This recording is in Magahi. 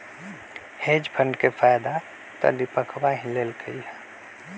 हेज फंड के फायदा तो दीपकवा ही लेल कई है